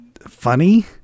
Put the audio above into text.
funny